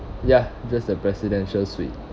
ya just the presidential suite